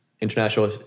international